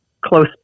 close